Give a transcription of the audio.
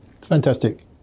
Fantastic